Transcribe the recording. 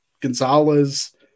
Gonzalez